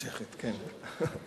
צ'כית, כן.